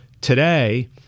today